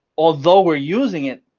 although we're using it.